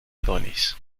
adonis